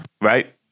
Right